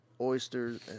oysters